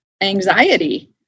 anxiety